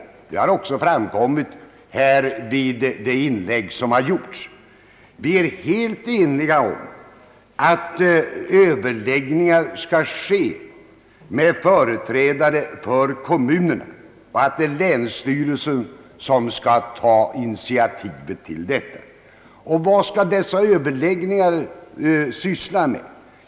Det har också framgått av de inlägg som gjorts här i dag. Vi är helt eniga om att överläggningar skall ske med företrädare för kommunerna och att det är länsstyrelsen som skall ta initiativet till dessa. Och vad skall dessa överläggningar omfatta?